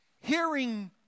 Hearing